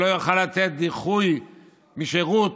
שלא יוכל לתת דחייה בשירות